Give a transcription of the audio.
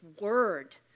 word